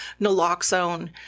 naloxone